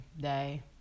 day